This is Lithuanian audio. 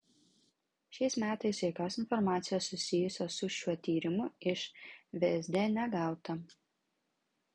šiais metais jokios informacijos susijusios su šiuo tyrimu iš vsd negauta